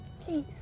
Please